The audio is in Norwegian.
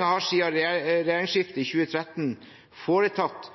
har siden regjeringsskiftet i 2013 foretatt